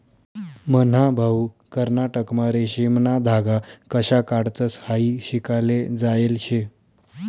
मन्हा भाऊ कर्नाटकमा रेशीमना धागा कशा काढतंस हायी शिकाले जायेल शे